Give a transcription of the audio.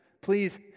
please